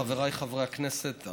חבריי חברי הכנסת,